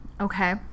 Okay